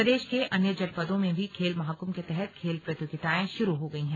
प्रदेश के अन्य जनपदों में भी खेल महाकुंभ के तहत खेल प्रतियोगिताएं शुरू हो गई हैं